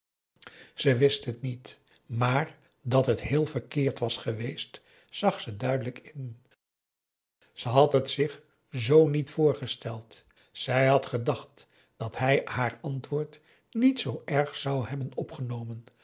ze wist het niet maar dat het heel verkeerd was geweest zag ze duidelijk in ze had het zich z niet voorgesteld zij had gedacht dat hij haar antwoord niet zoo erg zou hebben opgenomen